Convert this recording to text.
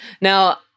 Now